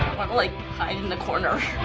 wanna like hide in the corner.